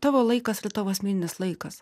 tavo laikas yra tavo asmeninis laikas